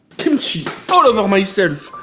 kimchi all over myself!